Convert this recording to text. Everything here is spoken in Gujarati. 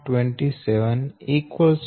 10 X 160